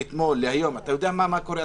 מאתמול להיום אתה יודע מה קורה,